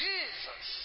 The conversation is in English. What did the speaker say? Jesus